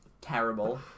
terrible